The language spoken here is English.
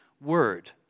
word